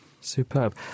Superb